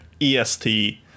EST